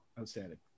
Outstanding